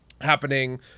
happening